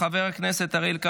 חבר הכנסת ואליד אלהואשלה,